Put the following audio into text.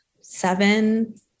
seven